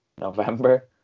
November